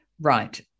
right